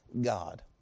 God